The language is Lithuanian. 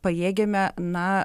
pajėgiame na